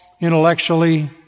intellectually